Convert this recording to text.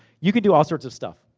you can do all sorts of stuff.